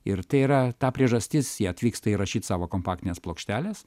ir tai yra ta priežastis jie atvyksta įrašyt savo kompaktinės plokštelės